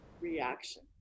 reaction